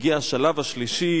מגיע השלב השלישי